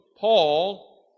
Paul